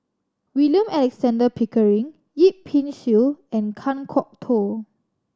William Alexander Pickering Yip Pin Xiu and Kan Kwok Toh